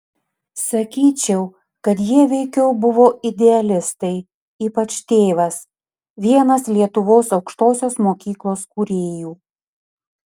sakyčiau kad jie veikiau buvo idealistai ypač tėvas vienas lietuvos aukštosios mokyklos kūrėjų